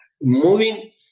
moving